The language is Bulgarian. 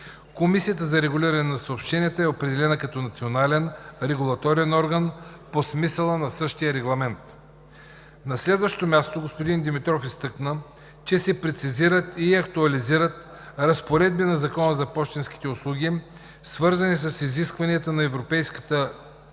Комисията за регулиране на съобщенията е определена като национален регулаторен орган по смисъла на същия регламент. На следващо място господин Димитров изтъкна, че се прецизират и актуализират разпоредби на Закона за пощенските услуги, свързани с изискванията на европейската рамка